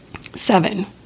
Seven